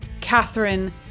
Catherine